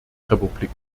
republik